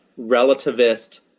relativist